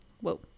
Whoa